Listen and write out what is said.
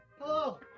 Hello